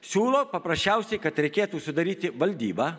siūlo paprasčiausiai kad reikėtų sudaryti valdybą